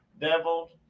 deviled